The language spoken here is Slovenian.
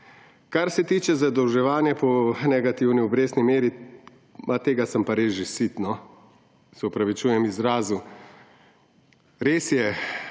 Kar se tiče zadolževanja po negativni obrestni meri, tega sem pa res že sit, no ‒ se opravičujem izrazu. Res je,